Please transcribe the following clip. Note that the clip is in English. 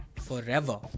forever